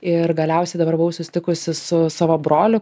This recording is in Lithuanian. ir galiausiai dabar buvau susitikusi su savo broliu